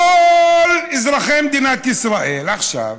כל אזרחי מדינת ישראל עכשיו